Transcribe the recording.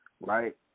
right